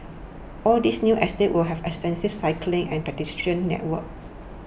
all this new estates will have extensive cycling and pedestrian networks